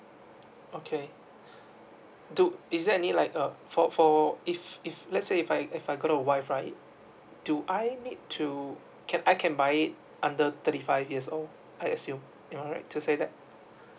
okay do is there any like uh for for if if let's say if I if I got a wife right do I need to can I can buy it under thirty five years old I assume am I right to say that